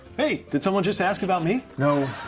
hey! did someone just ask about me? no,